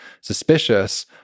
suspicious